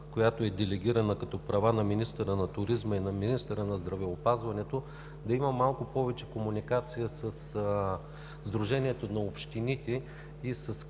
която е делегирана като права на министъра на туризма и на министъра на здравеопазването, да има малко повече комуникация със Сдружението на общините и с